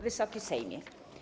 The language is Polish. Wysoki Sejmie!